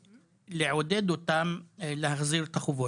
ולעודד אותם להחזיר את החובות.